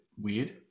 weird